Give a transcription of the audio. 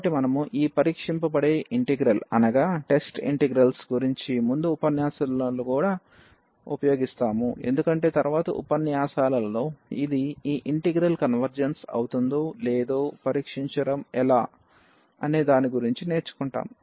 కాబట్టి మనము ఈ పరీక్షింపబడే ఇంటిగ్రల్ గురించి ముందు ఉపన్యాసాలలో కూడా ఉపయోగిస్తాము ఎందుకంటే తరువాతి ఉపన్యాసాలలో ఇది ఈ ఇంటెగ్రల్ కన్వర్జెన్స్ అవుతుందో లేదో పరీక్షించడం ఎలా అనే దాని గురించి నేర్చుకుంటాము